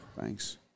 Thanks